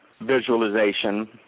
visualization